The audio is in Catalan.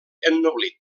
ennoblit